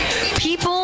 people